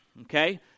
Okay